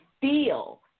feel